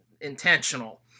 intentional